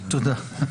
תודה.